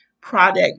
product